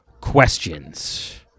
questions